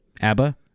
abba